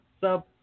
sub